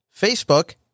Facebook